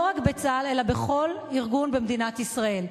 לא רק בצה"ל, אלא בכל ארגון במדינת ישראל.